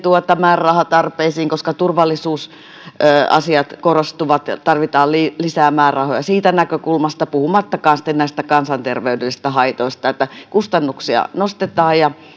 määrärahatarpeisiin koska turvallisuusasiat korostuvat tarvitaan lisää määrärahoja siitä näkökulmasta puhumattakaan sitten näistä kansanterveydellisistä haitoista niin että kustannuksia nostetaan ja